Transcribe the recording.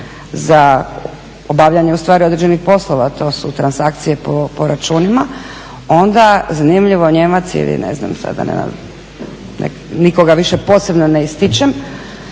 za obavljanje ustvari određenih poslova, a to su transakcije po računima, onda zanimljivo Nijemac ili nikoga više posebno ne ističem,